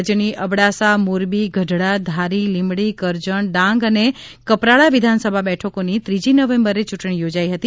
રાજ્યની અબડાસામોરબી ગઢડા ધારી લીંબડી કરજણ ડાંગ અને કપરાડા વિધાનસભા બેઠકોની ત્રીજી નવેમ્બરે ચૂંટણી યોજાઇ હતી